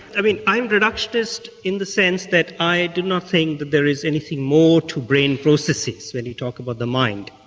i mean i'm reductionist in the sense that i do not think that there is anything more to brain processes when you talk about the mind.